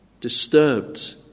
disturbed